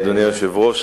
אדוני היושב-ראש,